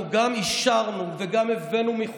תכיל אותם.